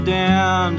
down